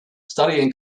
studying